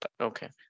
Okay